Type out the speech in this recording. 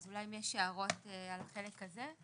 אולי נשמע אם יש הערות על החלק הזה?